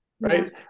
right